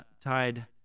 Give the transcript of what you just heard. tied